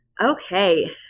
Okay